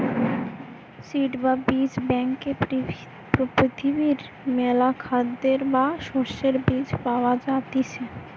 seed বা বীজ ব্যাংকে পৃথিবীর মেলা খাদ্যের বা শস্যের বীজ পায়া যাইতিছে